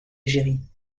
égérie